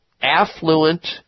affluent